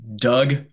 doug